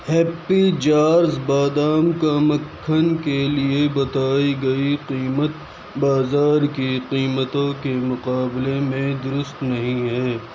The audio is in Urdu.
ہیپی جارز بادام کا مکھن کے لیے بتائی گئی قیمت بازار کی قیمتوں کے مقابلے میں درست نہیں ہیں